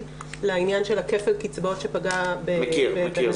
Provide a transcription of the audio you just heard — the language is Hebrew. לעניין של כפל הקצבאות שפגע בנשים,